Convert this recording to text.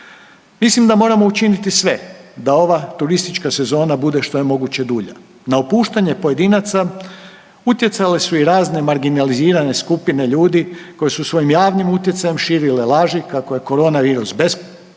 Mislim da moramo učiniti sve da ova turistička sezona bude što je moguće dulja. Na opuštanje pojedinaca utjecale su i razne marginalizirane skupine ljudi koji su svojim javnim utjecajem širile lažu kako je koronavirus bezopasan,